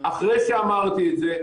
אחרי שאמרתי את זה,